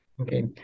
Okay